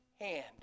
hand